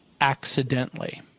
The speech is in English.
accidentally